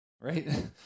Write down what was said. right